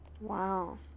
wow